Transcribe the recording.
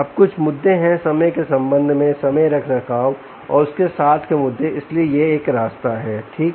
अब कुछ मुद्दे हैं समय के संबंध मैं समय रखरखाव और उस के साथ के मुद्दे इसलिए यह एक रास्ता है ठीक